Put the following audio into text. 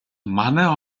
манай